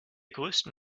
größten